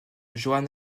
joan